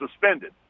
suspended